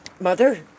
Mother